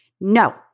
No